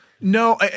No